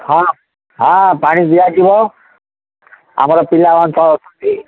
ହଁ ହଁ ପାଣି ଦିଆଯିବ ଆମର ପିଲାମାନେ ତ ଅଛନ୍ତି